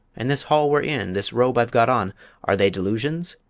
and this hall we're in, this robe i've got on are they delusions?